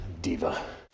Diva